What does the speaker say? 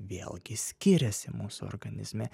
vėlgi skiriasi mūsų organizme